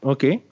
Okay